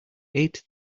eight